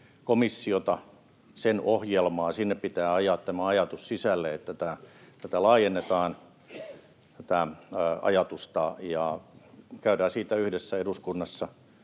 komissiota, sen ohjelmaa, ja sinne pitää ajaa tämä ajatus sisälle, että tätä ajatusta laajennetaan, ja käydään siitä yhdessä eduskunnassa